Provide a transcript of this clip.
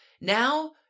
now